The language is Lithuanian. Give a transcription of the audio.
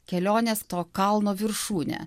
kelionės to kalno viršūnė